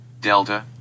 delta